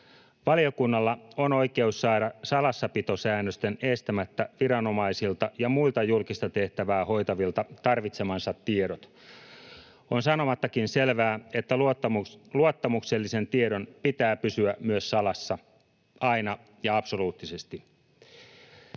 Valiokunnalla on oikeus saada salassapitosäännösten estämättä viranomaisilta ja muilta julkista tehtävää hoitavilta tarvitsemansa tiedot. On sanomattakin selvää, että luottamuksellisen tiedon pitää pysyä myös salassa aina ja absoluuttisesti.